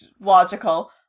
logical